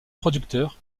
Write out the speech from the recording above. producteur